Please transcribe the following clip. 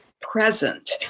present